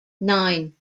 nine